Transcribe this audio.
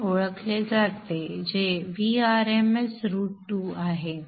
Vm1 ओळखले जाते जे Vrms √2 आहे